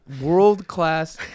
world-class